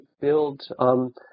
build